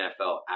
NFL